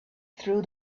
through